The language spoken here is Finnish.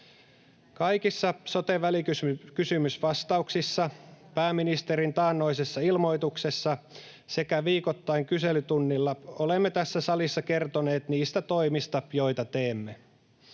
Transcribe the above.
Kaikissa sote-välikysymysvastauksissa, pääministerin taannoisessa ilmoituksessa sekä viikoittain kyselytunnilla olemme tässä salissa kertoneet niistä toimista, joita teemme.